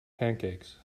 pancakes